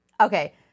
Okay